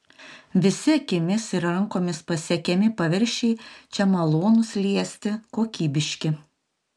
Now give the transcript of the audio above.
visi akimis ir rankomis pasiekiami paviršiai čia malonūs liesti kokybiški